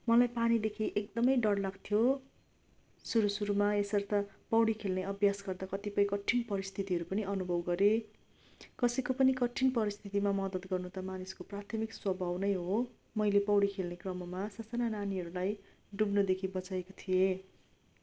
मलाई पानीदेखि एकदमै डर लाग्थ्यो सुरु सुरुमा यसर्थ पौडी खेल्ने अभ्यास गर्दा कतिपय कठिन परिस्थितिहरू पनि अनुभव गरेँ कसैको पनि कठिन परिस्थितिमा मदत गर्नु त मानिसको प्राथमिक स्वभाव नै हो मैले पोडी खेल्ने क्रममा ससाना नानीहरूलाई डुब्नदेखि बचाएको थिएँ